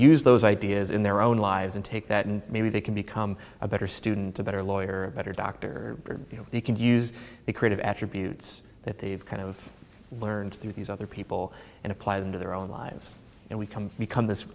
use those ideas in their own lives and take that and maybe they can become a better student a better lawyer or a better doctor or they can use the creative attributes that they've kind of learned through these other people and apply them to their own lives and we come become this